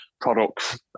products